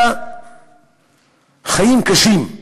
לחיים קשים.